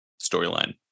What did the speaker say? storyline